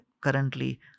currently